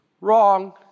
wrong